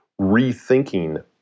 rethinking